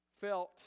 felt